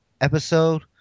episode